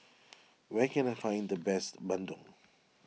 where can I find the best Bandung